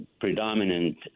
predominant